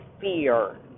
fear